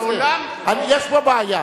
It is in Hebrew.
יש פה בעיה.